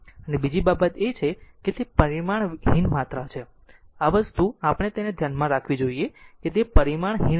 અને બીજી બાબત એ છે કે તે પરિમાણ હીન માત્રા છે આ વસ્તુ આપણે તેને ધ્યાનમાં રાખવી છે તે પરિમાણ હીન જથ્થો છે